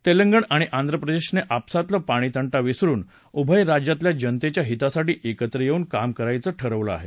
तेलंगण आणि आंध्रप्रदेश ने आपसातला पाणी तंटा विसरुन उभय राज्यातल्या जनतेच्या हितासाठी एकत्र येऊन काम करायचं ठरवलं आहे